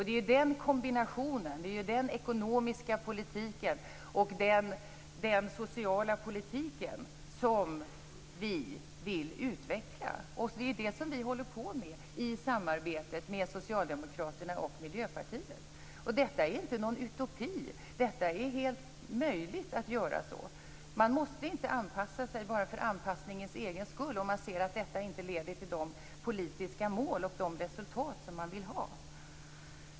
Det är den kombinationen, den ekonomiska politiken och den sociala politiken som vi vill utveckla. Det är det vi håller på med i samarbetet med Socialdemokraterna och Miljöpartiet. Detta är inte någon utopi. Det är helt möjligt. Man måste inte anpassa sig för anpassningens egen skull, om man ser att det inte leder till de politiska mål och resultat man vill ha.